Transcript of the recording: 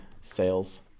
sales